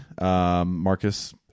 Marcus